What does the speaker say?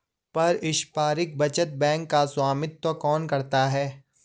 पारस्परिक बचत बैंक का स्वामित्व कौन करता है?